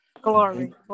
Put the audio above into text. Glory